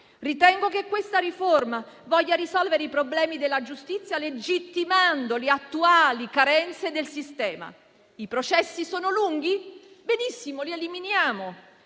Ritengo che questa riforma voglia risolvere i problemi della giustizia legittimando le attuali carenze del sistema. I processi sono lunghi? Benissimo, li eliminiamo.